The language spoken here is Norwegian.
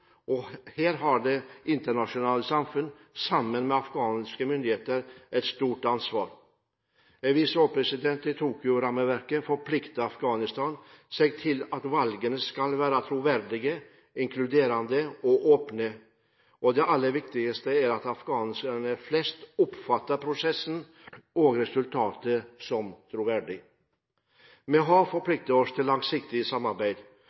innhold. Her har det internasjonale samfunnet, sammen med afghanske myndigheter, et stort ansvar. Jeg viser også til Tokyo-rammeverket, hvor Afghanistan forpliktet seg til at valgene skal være troverdige, inkluderende og åpne. Det aller viktigste er at afghanere flest oppfatter prosessen og resultatet som troverdig. Vi har forpliktet oss til et langsiktig samarbeid.